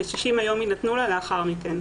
ו-60 הימים יינתנו לה לאחר מכן.